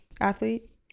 athlete